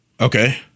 Okay